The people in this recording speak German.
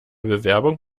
bewerbung